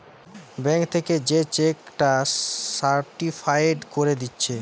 bank থিকে যে cheque টা সার্টিফায়েড কোরে দিচ্ছে